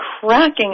cracking